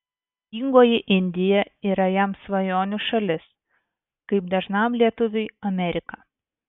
vargingoji indija yra jam svajonių šalis kaip dažnam lietuviui amerika